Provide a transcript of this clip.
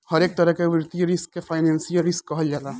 हरेक तरह के वित्तीय रिस्क के फाइनेंशियल रिस्क कहल जाला